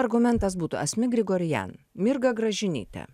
argumentas būtų asmik grigorian mirga gražinytė